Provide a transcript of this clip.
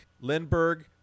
Lindbergh